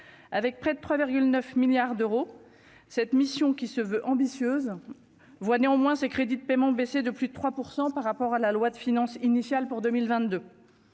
avec près de 3 9 milliards d'euros, cette mission, qui se veut ambitieuse, voit néanmoins ses crédits de paiement baissé de plus de 3 % par rapport à la loi de finances initiale pour 2022